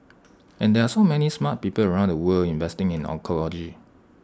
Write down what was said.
and there are so many smart people around the world investing in oncology